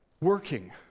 working